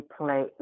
play